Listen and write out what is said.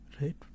right